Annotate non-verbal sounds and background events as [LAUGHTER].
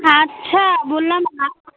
আচ্ছা বললাম [UNINTELLIGIBLE]